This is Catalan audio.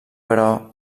però